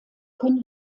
können